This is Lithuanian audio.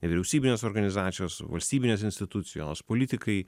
nevyriausybinės organizacijos valstybinės institucijos politikai